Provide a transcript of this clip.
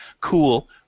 cool